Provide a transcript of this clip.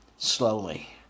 slowly